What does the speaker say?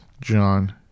john